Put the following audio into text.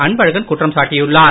அன்பழகன் குற்றம் சாட்டியுள்ளார்